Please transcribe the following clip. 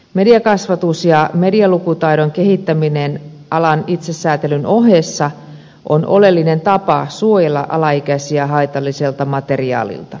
mediakasvatus ja medialukutaidon kehittäminen alan itsesäätelyn ohessa on oleellinen tapa suojella alaikäisiä haitalliselta materiaalilta